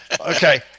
Okay